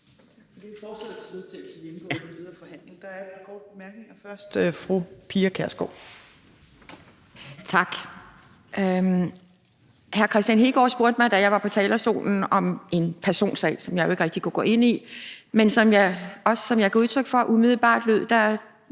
Tak. Hr. Kristian Hegaard spurgte mig, da jeg var på talerstolen, om en personsag, som jeg jo ikke rigtig kunne gå ind i, men som jeg også gav udtryk for umiddelbart lød